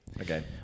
Okay